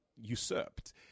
usurped